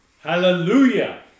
Hallelujah